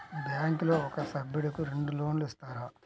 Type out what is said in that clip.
బ్యాంకులో ఒక సభ్యుడకు రెండు లోన్లు ఇస్తారా?